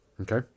Okay